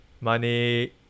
Money